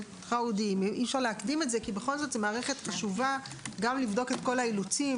כי בכל זאת זאת מערכת חשובה גם לבדוק את כל האילוצים,